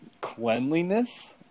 cleanliness